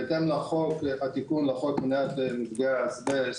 בהתאם לתיקון לחוק מניעת מפגעי האסבסט,